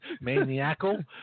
maniacal